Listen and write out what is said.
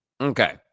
okay